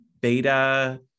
beta